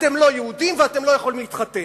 אתם לא יהודים ואתם לא יכולים להתחתן.